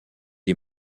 est